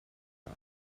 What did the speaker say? her